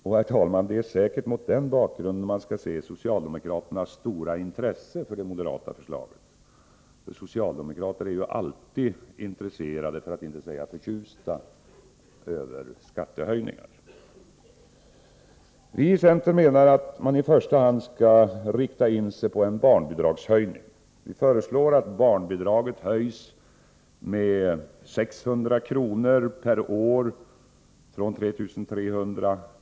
Det är säkert mot den bakgrunden man skall se socialdemokraternas stora intresse för det moderata förslaget; socialdemokrater är ju alltid intresserade av — för att inte säga förtjusta i — skattehöjningar. Vi i centern menar att man i första hand skall rikta in sig på en barnbidragshöjning. Vi föreslår att barnbidraget höjs med 600 kr. per år från 3300 kr.